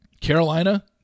Carolina